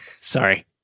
Sorry